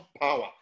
power